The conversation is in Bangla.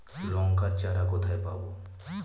লঙ্কার চারা কোথায় পাবো?